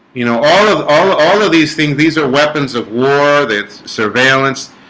you know all of all all of these things these are weapons of war. that's surveillance